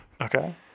Okay